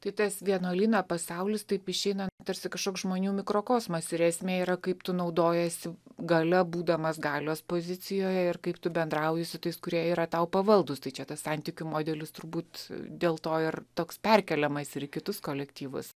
tai tas vienuolyno pasaulis taip išeina tarsi kažkoks žmonių mikrokosmas ir esmė yra kaip tu naudojiesi galia būdamas galios pozicijoje ir kaip tu bendrauji su tais kurie yra tau pavaldūs tai čia tas santykių modelis turbūt dėl to ir toks perkeliamas ir į kitus kolektyvus